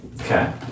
Okay